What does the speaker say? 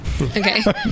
Okay